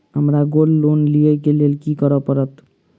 हमरा gold loan लिय केँ लेल की करऽ पड़त?